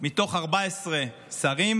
מתוך 14 שרים,